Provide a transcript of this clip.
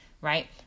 right